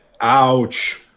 Ouch